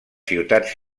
ciutats